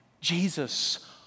Jesus